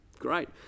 Great